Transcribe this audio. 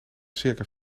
circa